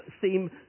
seem